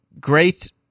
great